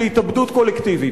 להתאבדות קולקטיבית.